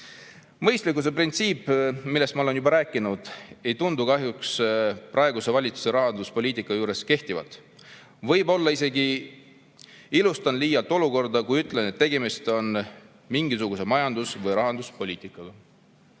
Mõistlikkuse printsiip, millest ma olen juba rääkinud, ei tundu kahjuks praeguse valitsuse rahanduspoliitika juures kehtivat. Võib-olla isegi ilustan liialt olukorda, kui ütlen, et tegemist on mingisuguse majandus‑ või rahanduspoliitikaga.